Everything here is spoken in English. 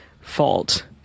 fault